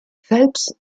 phelps